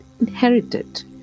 inherited